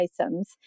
items